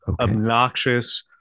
Obnoxious